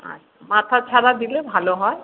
আচ্ছা মাথা ছাড়া দিলে ভালো হয়